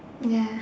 ya